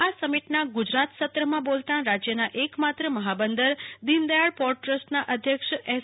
આ સમિટના ગુજરાત સત્રમાં બોલતાં રાજ્યના એકમાત્ર મહાબંદર દીનદયાળ પોર્ટ દ્રસ્ટના અધ્યક્ષ એસ